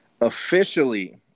Officially